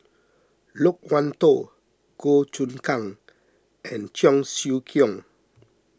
Loke Wan Tho Goh Choon Kang and Cheong Siew Keong